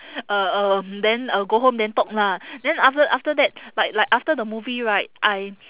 uh um then uh go home then talk lah then after after that like like after the movie right I